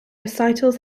recitals